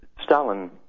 Stalin